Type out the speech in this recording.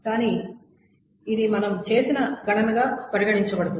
కానీ ఇది మనం చేసిన గణనగా పరిగణించబడుతుంది